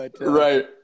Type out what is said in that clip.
Right